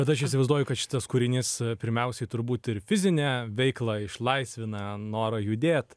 bet aš įsivaizduoju kad šitas kūrinys pirmiausiai turbūt ir fizinę veiklą išlaisvina norą judėt